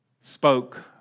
spoke